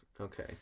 Okay